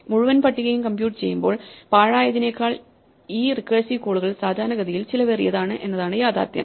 മുഴുവൻ പട്ടികയും കമ്പ്യൂട്ട് ചെയ്യുമ്പോൾ പാഴായതിനേക്കാൾ ഈ റിക്കേഴ്സീവ് കോളുകൾ സാധാരണഗതിയിൽ ചിലവേറിയതാണ് എന്നതാണ് യാഥാർത്ഥ്യം